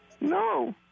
No